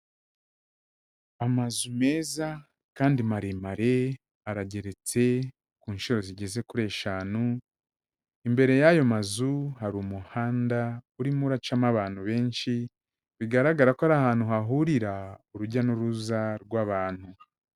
Amazu meza kandi maremare arageretse ku nshuro zigeze kuri eshanu, imbere y'ayo mazu hari umuhanda urimo uracamo abantu benshi, bigaragara ko ari ahantu hahurira urujya n'uruza rw'abantu.